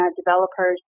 developers